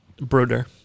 Broder